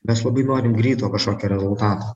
mes labai norim greito kažkokio rezultato